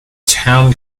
town